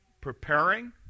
preparing